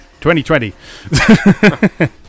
2020